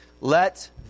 let